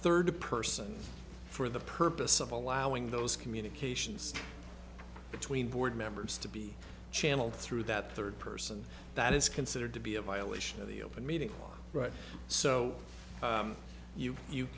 third person for the purpose of allowing those communications between board members to be channeled through that third person that is considered to be a violation of the open meeting right so you you